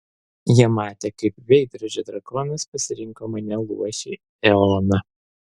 jie matė kaip veidrodžio drakonas pasirinko mane luošį eoną